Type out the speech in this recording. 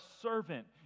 servant